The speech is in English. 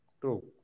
True